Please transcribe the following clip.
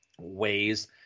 ways